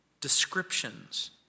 descriptions